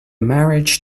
marriage